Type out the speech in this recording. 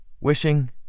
wishing